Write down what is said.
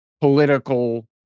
political